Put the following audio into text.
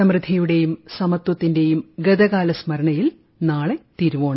സമൃദ്ധിയു ടേയും സമത്വത്തിന്റേയും ഗതകാല സ്മരണയിൽ നാളെ തിരുവോണം